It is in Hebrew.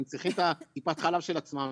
הם צריכים את טיפת החלב של עצמם,